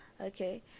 okay